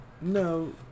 No